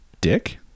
dick